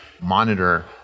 monitor